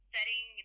Setting